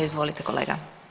Izvolite kolega.